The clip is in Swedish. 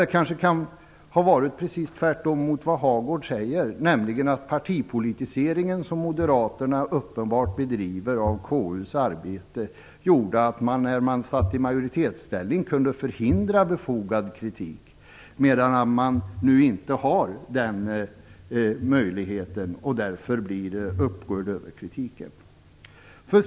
Det kanske kan ha varit precis tvärtom mot vad Hagård säger. Partipolitiseringen som moderaterna uppenbart bedriver av KU:s arbete gjorde att man när man satt i majoritetsställning kunde förhindra befogad kritik medan man nu inte har den möjligheten, och därför framförs kritiken.